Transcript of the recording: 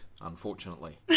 unfortunately